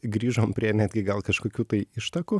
grįžom prie netgi gal kažkokių tai ištakų